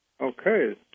Okay